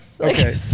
Okay